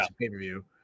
Pay-per-view